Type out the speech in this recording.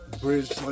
bridge